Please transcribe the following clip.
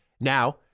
Now